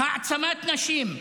העצמת נשים,